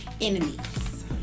enemies